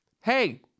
Hey